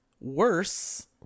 worse